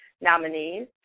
nominees